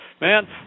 Man